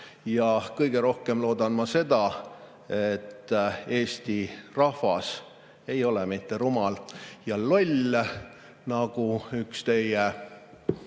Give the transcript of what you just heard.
Ent kõige rohkem loodan ma seda, et Eesti rahvas ei ole mitte rumal ja loll, nagu üks teie